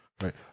Right